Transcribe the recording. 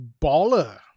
baller